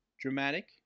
dramatic